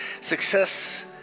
Success